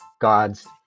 God's